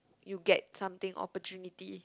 you get something opportunity